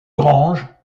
grange